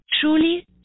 truly